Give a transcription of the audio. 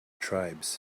tribes